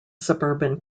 suburban